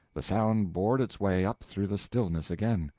the sound bored its way up through the stillness again.